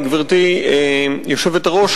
גברתי היושבת-ראש,